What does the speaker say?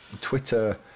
Twitter